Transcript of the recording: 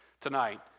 tonight